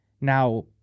Now